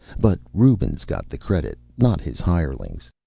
but rubens got the credit, not his hirelings.